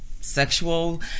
Sexual